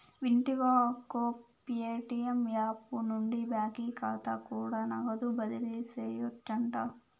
వింటివా అక్కో, Paytm app నుండి బాకీ కాతా కూడా నగదు బదిలీ సేయొచ్చంట